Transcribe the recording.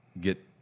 get